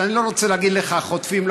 שאני לא רוצה להגיד לך חוטפים,